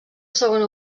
segona